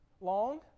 long